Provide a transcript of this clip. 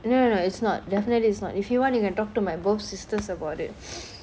no no it's not definitely is not if you want you can talk to my both sisters about it